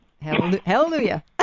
hallelujah